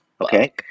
Okay